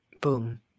Boom